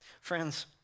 Friends